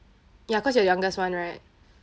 ya cause you're youngest one right